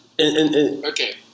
Okay